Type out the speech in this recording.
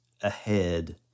ahead